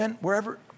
wherever